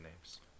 names